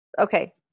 Okay